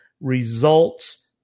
results